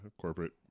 corporate